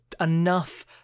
enough